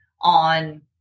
on